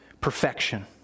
perfection